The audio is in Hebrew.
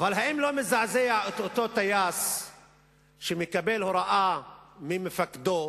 אבל האם לא מזעזע אותו טייס שמקבל הוראה ממפקדו,